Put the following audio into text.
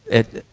it,